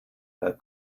that